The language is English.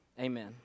Amen